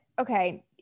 okay